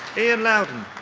and loudon.